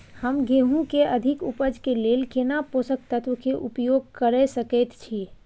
हम गेहूं के अधिक उपज के लेल केना पोषक तत्व के उपयोग करय सकेत छी?